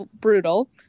brutal